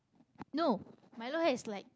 no milo has like